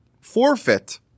forfeit